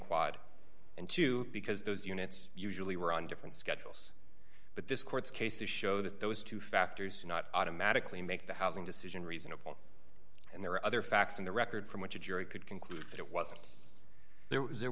quad and two because those units usually were on different schedules but this court's cases show that those two factors do not automatically make the housing decision reasonable and there are other facts in the record from which a jury could conclude that it wasn't there was there